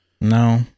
No